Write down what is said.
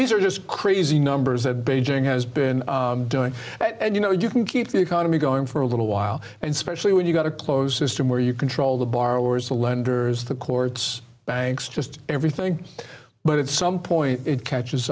these are just crazy numbers that beijing has been doing and you know you can keep the economy going for a little while and specially when you've got a closed system where you control the borrowers the lenders the courts banks just everything but at some point it catches